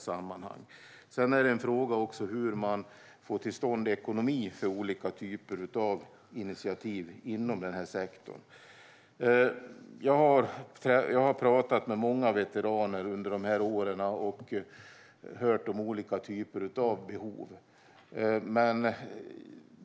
Sedan är det en fråga hur man får till stånd ekonomi för olika typer av initiativ inom sektorn. Jag har pratat med många veteraner under åren och hört om olika typer av behov.